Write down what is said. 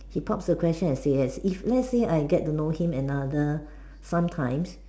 he pops the question and say yes if lets say I get to know him another some times